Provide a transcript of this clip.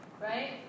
right